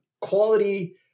quality